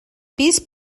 pis